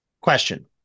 Question